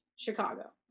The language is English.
Chicago